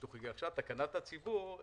אז תקנת הציבור,